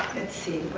let's see.